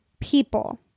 people